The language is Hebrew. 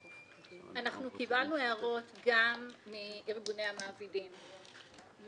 אנחנו קיבלנו הערות גם מארגוני המעבידים,